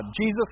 Jesus